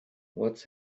what’s